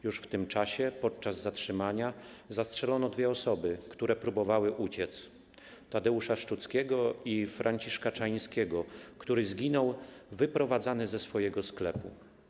Już w tym czasie podczas zatrzymania zastrzelono dwie osoby, które próbowały uciec - Tadeusza Szczuckiego i Franciszka Czaińskiego, który zginął wyprowadzany ze swojego sklepu.